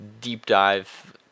deep-dive